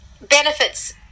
benefits